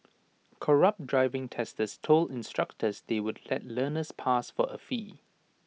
corrupt driving testers told instructors they would let learners pass for A fee